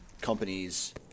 companies